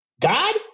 God